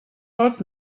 old